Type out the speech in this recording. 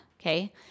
okay